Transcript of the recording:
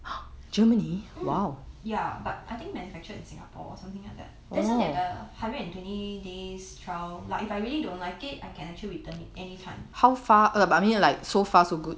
mm ya but I think manufactured in singapore or something like that that's why they have the hundred and twenty days trial like if I really don't like it I can actually return it any time